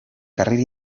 carrera